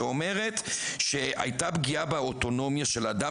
שאומרת שהייתה פגיעה באוטונומיה של אדם